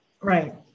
right